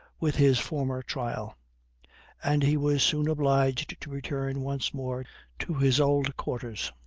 with his formal trial and he was soon obliged to return once more to his old quarters.